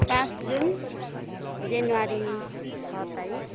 पाँच जुन जनवरी छ तारिक